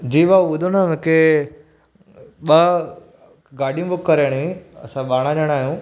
जी भाउ ॿुधो न मूंखे ॿ गाॾियूं बुक कराइणियूं आहिनि असां ॿारहां ॼणा आहियूं